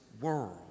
world